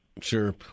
Sure